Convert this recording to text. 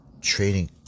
trading